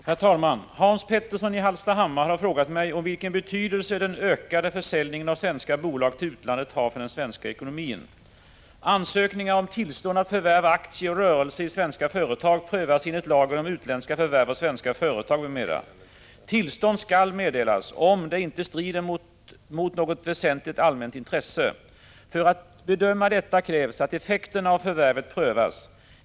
Herr talman! Hans Petersson i Hallstahammar har frågat mig om vilken betydelse den ökade försäljningen av svenska bolag till utlandet har för den svenska ekonomin. Tillstånd skall meddelas, om det inte strider mot något väsentligt allmänt intresse. För att bedöma detta krävs att effekterna av förvärvet prövas.